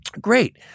Great